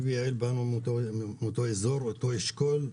יעל ואני באנו מאותו אזור, מאותו אשכול.